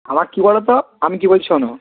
আমার কী বলো তো আমি কী বলছি শোনো